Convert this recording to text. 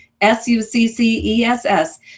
S-U-C-C-E-S-S